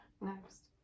Next